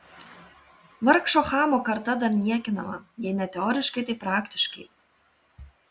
vargšo chamo karta dar niekinama jei ne teoriškai tai praktiškai